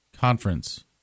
conference